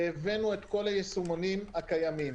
והבאנו את כל הישומונים הקיימים,